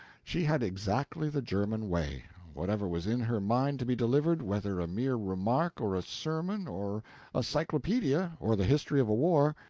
she had exactly the german way whatever was in her mind to be delivered, whether a mere remark, or a sermon, or a cyclopedia, or the history of a war,